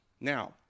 Now